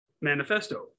manifesto